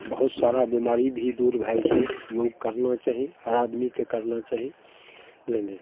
बहुत सारा बीमारी दूर भए जाइ छै योग करना चाही हर आदमीके करना चाही नहि नहि